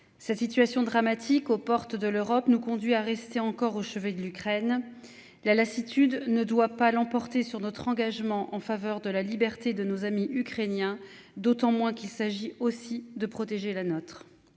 Cette situation dramatique aux portes de l'Europe nous conduit à rester encore au chevet de l'Ukraine. La lassitude ne doit pas l'emporter sur notre engagement en faveur de la liberté de nos amis ukrainiens d'autant moins qu'il s'agit aussi de protéger la nôtre